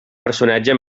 personatge